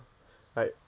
like